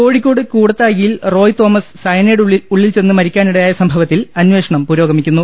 കോഴിക്കോട് കൂടത്തായിയിൽ റോയ് തോമസ് സയനൈഡ് ഉള്ളിൽ ചെന്ന് മരിക്കാനിടയായ സംഭവത്തിൽ അന്വേഷണം പുരോഗമിക്കുന്നു